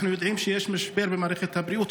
אנחנו יודעים שיש משבר במערכת הבריאות,